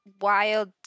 wild